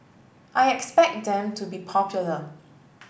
I expect them to be popular